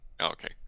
Okay